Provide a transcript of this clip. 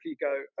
go